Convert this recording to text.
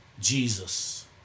Jesus